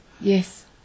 Yes